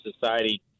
Society